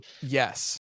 Yes